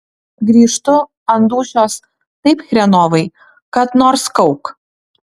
grįžtu ant dūšios taip chrenovai kad nors kauk